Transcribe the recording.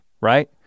right